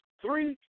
three